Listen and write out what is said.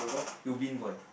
Ubin Boy